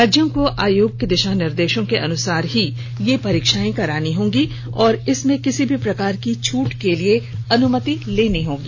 राज्यों को आयोग के दिशा निर्देशों के अनुसार ही ये परीक्षाएं करानी होगी और इसमें किसी भी प्रकार की छूट के लिए अनुमति लेनी होगी